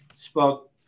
spoke